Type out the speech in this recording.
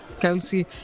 Kelsey